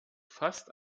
fast